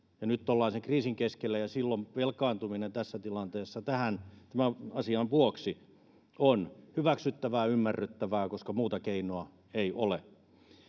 ja nyt ollaan sen kriisin keskellä ja silloin velkaantuminen tässä tilanteessa tämän asian vuoksi on hyväksyttävää ymmärrettävää koska muuta keinoa ei ole